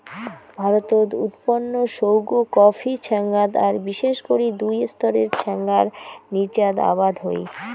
ভারতত উৎপন্ন সৌগ কফি ছ্যাঙাত আর বিশেষ করি দুই স্তরের ছ্যাঙার নীচাত আবাদ হই